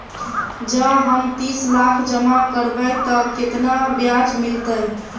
जँ हम तीस लाख जमा करबै तऽ केतना ब्याज मिलतै?